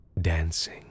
dancing